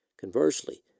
Conversely